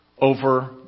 over